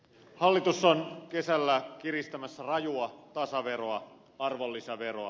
hallitus on kesällä kiristämässä rajua tasaveroa arvonlisäveroa